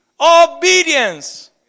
Obedience